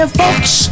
folks